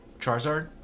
Charizard